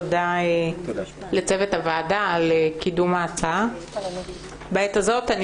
תודה לצוות הוועדה על קידום ההצעה בעת הזאת.